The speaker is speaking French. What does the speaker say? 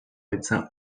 médecin